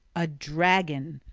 a dragon,